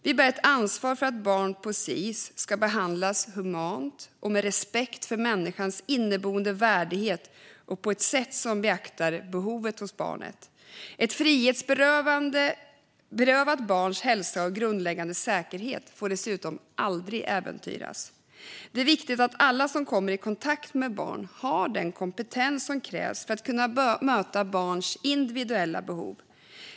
Vi bär ett ansvar för att barn på Sis ska behandlas humant och med respekt för människans inneboende värdighet och på ett sätt som beaktar behovet hos barnet. Ett frihetsberövat barns hälsa och grundläggande säkerhet får dessutom aldrig äventyras. Det är viktigt att alla som kommer i kontakt med barn har den kompetens som krävs för att möta barns individuella behov.